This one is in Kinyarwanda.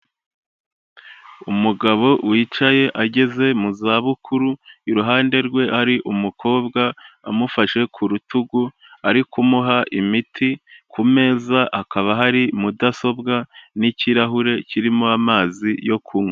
Umugabo wicaye ageze mu za bukuru iruhande rwe hari umukobwa amufashe ku rutugu ari kumuha imiti, ku meza hakaba hari mudasobwa n'ikirahure kirimo amazi yo kunywa.